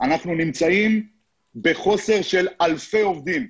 אנחנו נמצאים בחוסר של אלפי עובדים.